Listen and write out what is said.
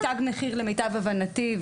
תג מחיר למיטב הבנתי,